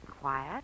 quiet